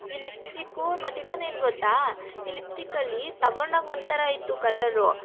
ಈ ಲಿಪ್ಸ್ಟಿಕ್ಕು ಮತ್ತೆ ಇನ್ನೊಂದು ಏನು ಗೊತ್ತಾ ಈ ಲಿಪ್ಸ್ಟಿಕ್ಕಲ್ಲಿ ತಗೊಂಡಾಗ ಒಂಥರ ಇತ್ತು ಕಲ್ಲರು